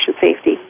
safety